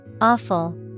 Awful